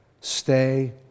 Stay